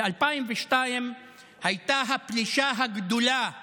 ב-2002 הייתה הפלישה הגדולה לג'נין.